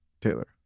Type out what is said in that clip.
Taylor